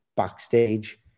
Backstage